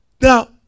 now